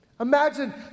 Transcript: Imagine